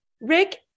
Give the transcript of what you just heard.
Rick